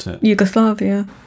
Yugoslavia